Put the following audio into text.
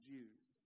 Jews